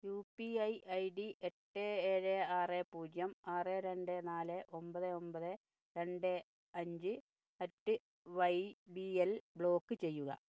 U P I ID എട്ട് ഏഴ് ആറ് പൂജ്യം ആറ് രണ്ട് നാല് ഒൻപത് ഒൻപത് രണ്ട് അഞ്ച് at Y B L block ചെയ്യുക